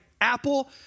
Apple